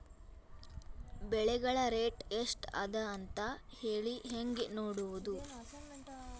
ಬೆಳೆಗಳ ರೇಟ್ ಎಷ್ಟ ಅದ ಅಂತ ಹೇಳಿ ಹೆಂಗ್ ನೋಡುವುದು?